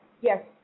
Yes